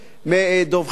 דב חנין,